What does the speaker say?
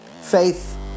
faith